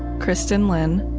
kristin lin,